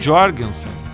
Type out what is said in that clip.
Jorgensen